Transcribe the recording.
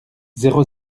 zéro